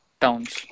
towns